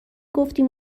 گفتیم